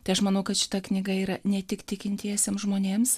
tai aš manau kad šita knyga yra ne tik tikintiesiems žmonėms